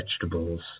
vegetables